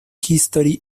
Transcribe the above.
history